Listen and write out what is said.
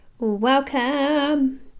Welcome